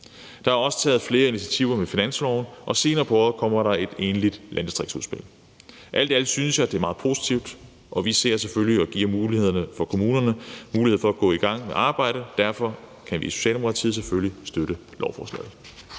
Der er også taget flere initiativer med finansloven, og senere på året kommer der et egentligt landdistriktsudspil. Alt i alt synes jeg det er meget positivt, og vi ser selvfølgelig, at det giver kommunerne muligheden for at gå i gang med arbejdet. Derfor kan vi i Socialdemokratiet selvfølgelig støtte lovforslaget.